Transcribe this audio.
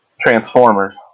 Transformers